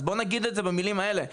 אז בואו נגיד את זה במילים האלו.